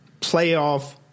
playoff